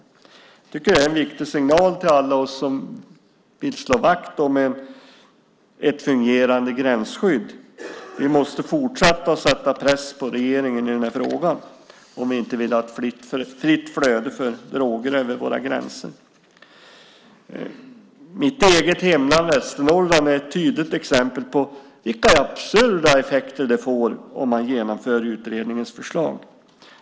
Det tycker jag är en viktig signal till alla oss som vill slå vakt om ett fungerande gränsskydd. Vi måste fortsätta att sätta press på regeringen i den här frågan om vi inte vill ha ett fritt flöde av droger över våra gränser. Mitt eget hemlän, Västernorrland, är ett tydligt exempel på vilka absurda effekter det får om man genomför utredningens förslag.